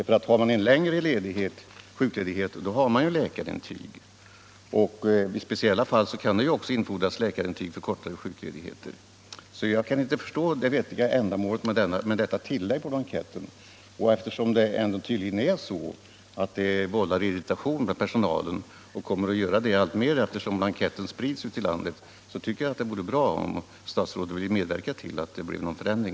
Om man har längre sjukledighet har man ju läkarintyg och vid speciella fall kan läkarintyg även infordras för kortare sjukledighet. Och eftersom det här tillägget tydligen vållar irritation bland personalen och kommer att göra det alltmer allteftersom blanketten sprids ute i landet tycker jag det vore bra om statsrådet ville medverka till en förändring.